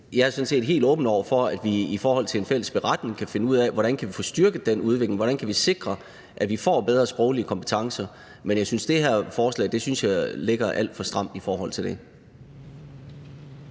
set helt åben over for, at vi med en fælles beretning kan finde ud af, hvordan vi kan få styrket den udvikling; hvordan vi kan sikre, at vi får bedre sproglige kompetencer. Men jeg synes, at det her forslag ligger alt for stramt i forhold til det.